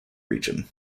region